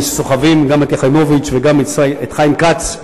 וסוחבים גם את יחימוביץ וגם את חיים כץ,